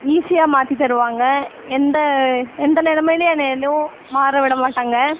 ஈஸியாக மாற்றி தருவாங்க எந்த எந்த நிலமையிலையும் என்ன எதுவும் மாற விடமாட்டாங்க